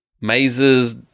mazes